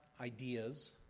ideas